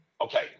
Okay